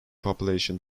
population